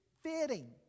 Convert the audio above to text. fitting